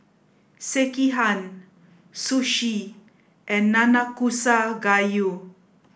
Sekihan Sushi and Nanakusa Gayu